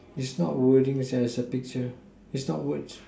is not wordings it's a picture it's not words